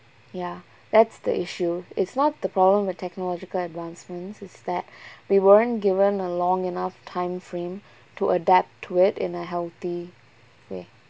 ya that's the issue it's not the problem with technological advancements it's that we weren't given a long enough time frame to adapt to it in a healthy way